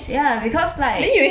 ya because like